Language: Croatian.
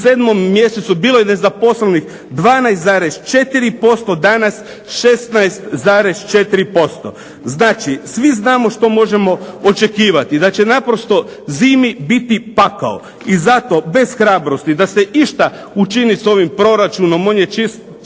u 7. mjesecu bilo je nezaposlenih 12,4%, danas 16,4%. Znači svi znamo što možemo očekivati, da će naprosto zimi biti pakao i zato bez hrabrosti da se išta učini s ovim proračunom, on je cca